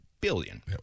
billion